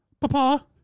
papa